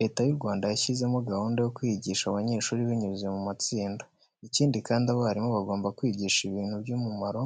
Leta y'u Rwanda yashyizemo gahunda yo kwigisha abanyeshuri binyuze mu matsinda. Ikindi kandi, abarimu bagomba kwigisha ibintu by'umumaro